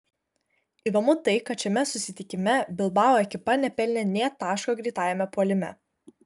įdomu tai kad šiame susitikime bilbao ekipa nepelnė nė taško greitajame puolime